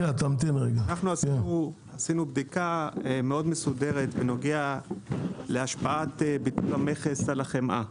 עשינו בדיקה מאוד מסודרת בנוגע להשפעת ביטול המכס על החמאה.